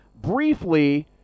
briefly